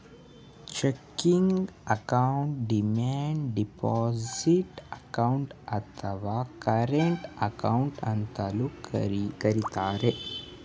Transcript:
checking ಅಕೌಂಟನ್ನು demand deposit account, ಅಥವಾ current account ಅಂತಲೂ ಕರಿತರೆ